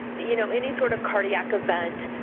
you know any sort of cardiac event.